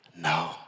no